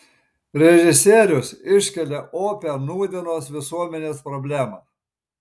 režisierius iškelia opią nūdienos visuomenės problemą